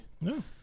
no